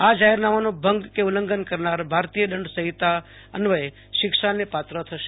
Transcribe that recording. આ જાહેરનામાનો ભંગ કે ઉલ્લંઘર કરનારને ભારતીય દંડ સહિતા અન્વયે શિક્ષાને પાત્ર ઠરશે